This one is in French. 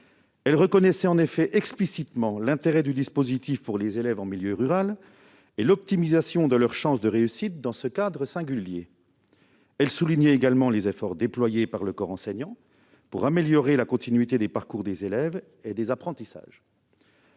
Elle reconnaissait en effet explicitement l'intérêt du dispositif pour les élèves en milieu rural et l'optimisation de leurs chances de réussite dans ce cadre singulier. Elle soulignait également les efforts déployés par le corps enseignant pour améliorer la continuité des parcours des élèves et des apprentissages.